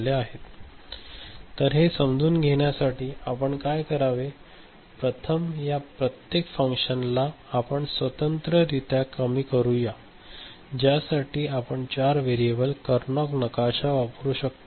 W ∑ m21213 X ∑ m789101112131415 Y ∑ m02345678101115 Z ∑ m1281213 तर हे समजून घेण्यासाठी आपण काय करावे प्रथम या प्रत्येक फंकशन ला आपण स्वतंत्ररित्या कमी करू या ज्यासाठी आपण 4 व्हेरिएबल करनॉग नकाशा वापरू शकतो